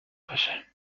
باشه